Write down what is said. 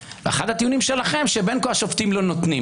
אחד הטיעונים שלכם בחוות הדעת המשפטית הוא שבין כה השופטים לא נותנים